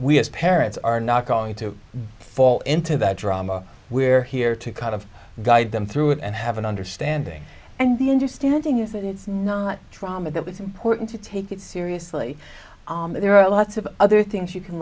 we as parents are not going to fall into that drama where here to kind of guide them through it and have an understanding and the end you standing is that it's not drama that it's important to take it seriously there are lots of other things you can